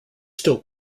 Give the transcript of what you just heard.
still